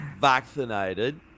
vaccinated